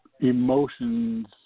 emotions